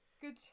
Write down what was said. Good